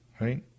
right